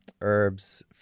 herbs